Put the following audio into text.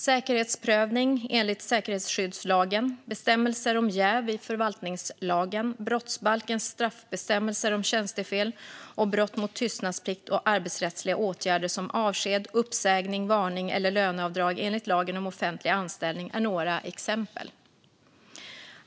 Säkerhetsprövning enligt säkerhetsskyddslagen, bestämmelser om jäv i förvaltningslagen, brottsbalkens straffbestämmelser om tjänstefel och brott mot tystnadsplikt och arbetsrättsliga åtgärder som avsked, uppsägning, varning eller löneavdrag enligt lagen om offentlig anställning är några exempel.